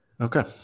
Okay